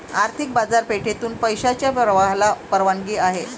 आर्थिक बाजारपेठेतून पैशाच्या प्रवाहाला परवानगी आहे